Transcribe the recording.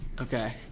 Okay